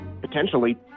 potentially